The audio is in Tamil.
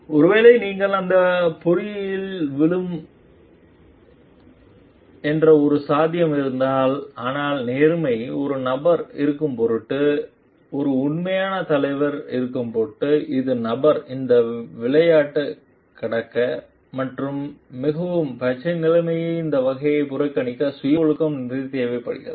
ஒருவேளை நீங்கள் அந்த பொறியில் விழும் என்று ஒரு சாத்தியம் இருந்தால் ஆனால் நேர்மை ஒரு நபர் இருக்க பொருட்டு ஒரு உண்மையான தலைவர் இருக்க பொருட்டு அது நபர் இந்த விளையாட்டு கடக்க மற்றும் மிகவும் பச்சை நிலைமை இந்த வகை புறக்கணிக்க சுய ஒழுக்கம் நிறைய தேவைப்படுகிறது